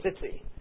city